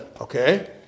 Okay